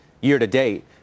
year-to-date